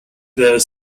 the